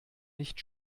nicht